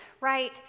right